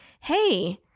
hey